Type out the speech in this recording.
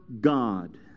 God